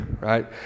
right